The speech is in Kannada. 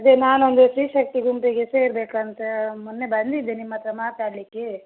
ಅದೇ ನಾನೊಂದು ಸ್ತ್ರೀ ಶಕ್ತಿ ಗುಂಪಿಗೆ ಸೇರಬೇಕಂತ ಮೊನ್ನೆ ಬಂದಿದ್ದೆ ನಿಮ್ಮ ಹತ್ರ ಮಾತಾಡಲಿಕ್ಕೆ